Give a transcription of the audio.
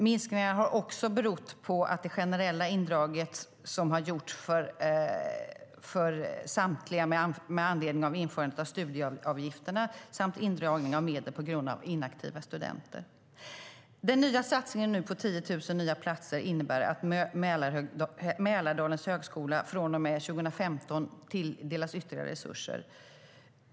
Minskningen har också berott på det generella indrag som har gjorts för samtliga med anledning av införandet av studieavgifterna samt indragning av medel på grund av inaktiva studenter. Den nya satsningen på 10 000 fler platser innebär att Mälardalens högskola från och med 2015 tilldelas ytterligare resurser.